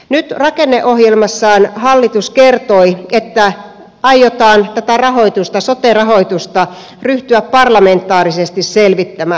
nyt rakenneohjelmassaan hallitus kertoi että aiotaan tätä sote rahoitusta ryhtyä parlamentaarisesti selvittämään